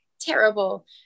terrible